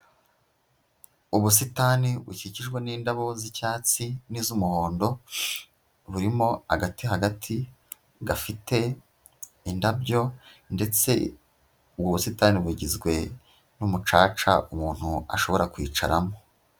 Ubusitani bukikijwe n'indabo z'icyatsi n'iz'umuhondo, burimo agati hagati gafite indabyo, ndetse ubwo busitani bugizwe n'umucaca umuntu ashobora kwicaramo.